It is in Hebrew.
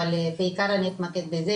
אבל בעיקר אתמקד בזה.